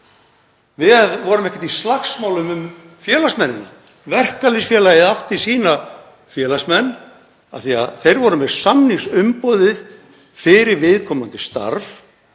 Við vorum ekkert í slagsmálum um félagsmennina. Verkalýðsfélagið átti sína félagsmenn af því að þeir voru með samningsumboð fyrir viðkomandi starf.